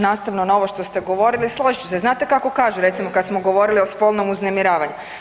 Nastavno na ovo što ste govorili, složit ću se, znate kako kažu, recimo kad smo govorili o spolnom uznemiravanju?